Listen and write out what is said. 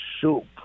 soup